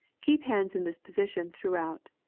keep hands in this position throughout,